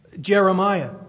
Jeremiah